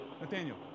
Nathaniel